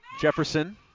Jefferson